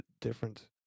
different